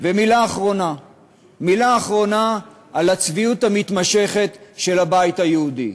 ומילה אחרונה על הצביעות המתמשכת של הבית היהודי.